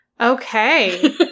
Okay